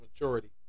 Maturity